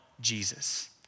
Jesus